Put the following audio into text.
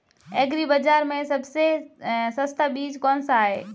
Agree बाज़ार में सबसे सस्ता बीज कौनसा है?